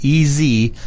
EZ